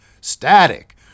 static